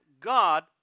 God